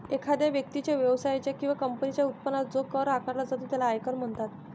एखाद्या व्यक्तीच्या, व्यवसायाच्या किंवा कंपनीच्या उत्पन्नावर जो कर आकारला जातो त्याला आयकर म्हणतात